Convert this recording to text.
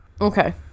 okay